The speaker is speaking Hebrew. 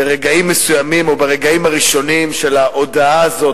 ברגעים מסוימים או ברגעים הראשונים של ההודעה הזאת,